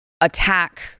attack